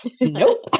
nope